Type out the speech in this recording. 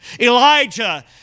Elijah